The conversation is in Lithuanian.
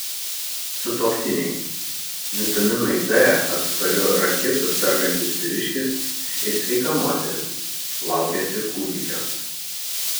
sutuoktiniai vitaminui d atspariu rachitu sergantis vyriškis ir sveika moteris laukiasi kūdikio